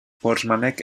forssmanek